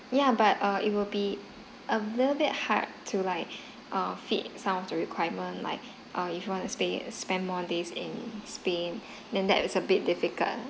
yeah but err it will be a little bit hard to like err fit some of the requirement like err if you want to spend spend more days in spain then that is a bit difficult